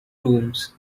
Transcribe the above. rooms